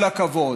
כל הכבוד.